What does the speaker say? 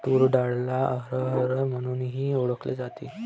तूर डाळला अरहर म्हणूनही ओळखल जाते